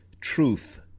truth